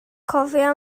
cofia